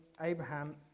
Abraham